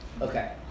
Okay